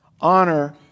honor